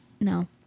no